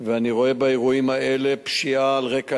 ואני רואה באירועים האלה פשיעה על רקע